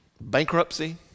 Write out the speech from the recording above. Bankruptcy